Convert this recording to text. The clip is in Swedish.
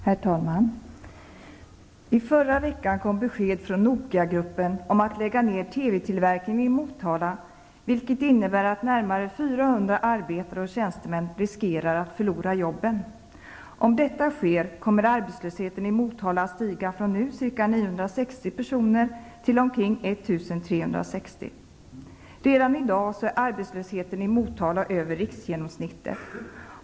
Herr talman! I förra veckan kom besked från tillverkningen i Motala, vilket innebär att närmare 400 arbetare och tjänstemän riskerar att förlora jobben. Om detta sker kommer arbetslösheten i Motala att stiga från nu ca 960 personer till omkring 1 60. Redan i dag ligger arbetslösheten i Motala över riksgenomsnittet.